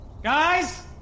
Guys